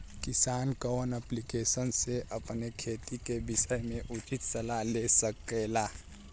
किसान कवन ऐप्लिकेशन से अपने खेती के विषय मे उचित सलाह ले सकेला?